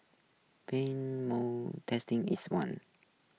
Pang's Motor Trading is one